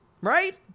Right